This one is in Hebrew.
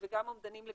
וגם אומדנים,